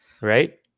right